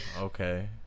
okay